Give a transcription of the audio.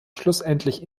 schlussendlich